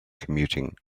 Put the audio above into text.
commuting